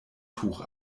tuch